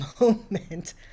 moment